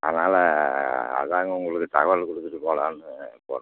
அதனால் அதான்ங்க உங்களுக்கு தகவல் கொடுத்துட்டுப் போகலான்னு ஃபோன் பண்ணேன்ங்க